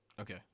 Okay